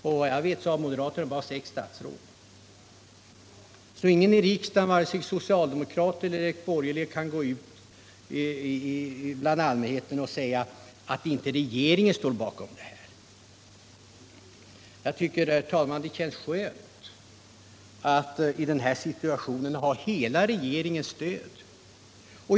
Och såvitt jag vet har moderaterna bara sex statsråd. Ingen av riksdagens ledamöter, socialdemokrat eller borgerlig, kan alltså inför allmänheten göra gällande att regeringen inte står bakom propositionen. Jag tycker, herr talman, att det känns skönt att i denna situation ha hela regeringens stöd.